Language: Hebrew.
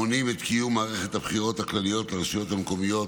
המונעים את קיום מערכת הבחירות הכלליות לרשויות המקומיות